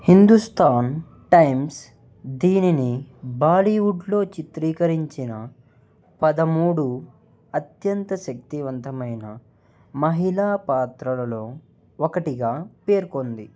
Hindustan Times దీనిని బాలీవుడ్లో చిత్రీకరించిన పదమూడు అత్యంత శక్తివంతమైన మహిళా పాత్రలలో ఒకటిగా పేర్కొంది